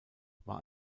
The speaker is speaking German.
war